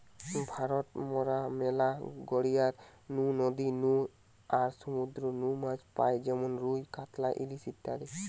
ভারত মরা ম্যালা গড়িয়ার নু, নদী নু আর সমুদ্র নু মাছ পাই যেমন রুই, কাতলা, ইলিশ ইত্যাদি